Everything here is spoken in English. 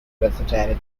versatility